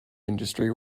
industry